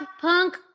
punk